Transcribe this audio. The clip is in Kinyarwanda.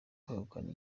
kwegukana